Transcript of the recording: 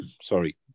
sorry